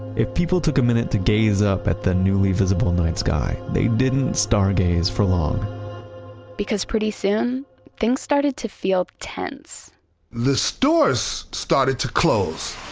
if people took a minute to gaze up at that newly visible night's sky, they didn't stargaze for long because pretty soon things started to feel tense the stores started to close.